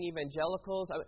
evangelicals